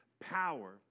power